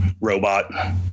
robot